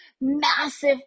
massive